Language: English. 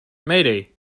mayday